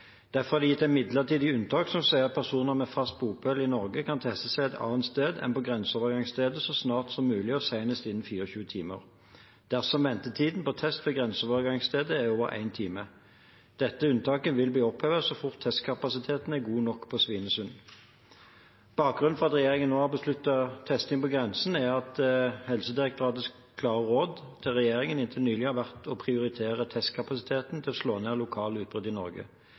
Derfor er det gitt et midlertidig unntak som sier at personer med fast bopel i Norge kan teste seg et annet sted enn på grenseovergangsstedet så snart som mulig og senest innen 24 timer dersom ventetiden på test ved grenseovergangsstedet er over én time. Dette unntaket vil bli opphevet så fort testkapasiteten er god nok på Svinesund. Bakgrunnen for at regjeringen nå har besluttet testing på grensen, er at Helsedirektoratets klare råd til regjeringen inntil nylig har vært å prioritere testkapasiteten til å slå ned lokale utbrudd i Norge.